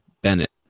Bennett